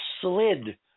slid